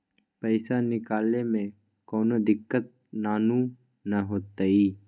पईसा निकले में कउनो दिक़्क़त नानू न होताई?